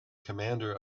commander